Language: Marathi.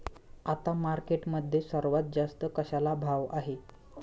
आता मार्केटमध्ये सर्वात जास्त कशाला भाव आहे?